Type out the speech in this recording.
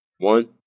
One